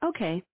Okay